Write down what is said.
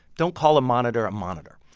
don't call a monitor a monitor.